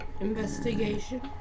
Investigation